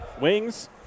wings